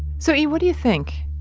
so e, what do you think?